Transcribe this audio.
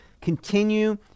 continue